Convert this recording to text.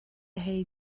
hei